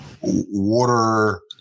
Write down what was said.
water